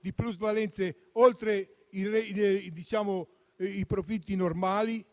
di plusvalenze oltre i profitti normali.